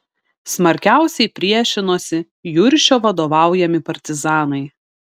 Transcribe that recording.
smarkiausiai priešinosi juršio vadovaujami partizanai